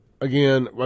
again